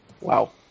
Wow